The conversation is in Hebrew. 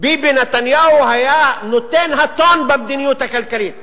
ביבי נתניהו היה נותן הטון במדיניות הכלכלית,